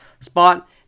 spot